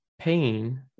pain